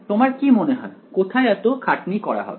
তোমার কি মনে হয় কোথায় এতো খাটনি করা হবে